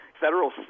federal